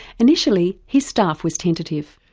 initially his staff was tentative.